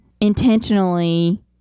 intentionally